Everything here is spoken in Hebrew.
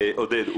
עודד,